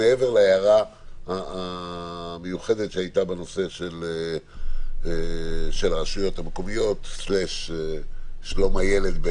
מעבר להערה המיוחדת שהייתה בנושא של הרשויות המקומיות/ שלום הילד.